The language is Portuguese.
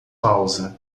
pausa